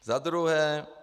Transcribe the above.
Za druhé.